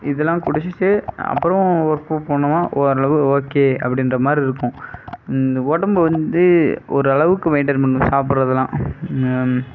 இதெலாம் குடிச்சுட்டு அப்புறம் ஒர்கவுட் பண்ணுவோம் ஓரளவு ஓகே அப்படின்ற மாதிரி இருக்கும் உடம்பு வந்து ஓரளவுக்கு மெயின்டெயின் பண்ணணும் சாப்பிட்றதுலாம்